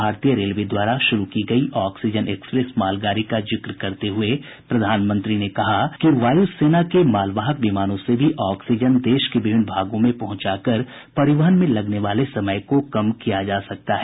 भारतीय रेलवे द्वारा शुरू की गई ऑक्सीजन एक्सप्रेस मालगाड़ी का जिक्र करते हुए प्रधानमंत्री ने कहा कि भारतीय वायुसेना के मालवाहक विमानों से भी ऑक्सीजन देश के विभिन्न भागों में पहुंचा कर परिवहन में लगने वाले समय को कम किया जा सकता है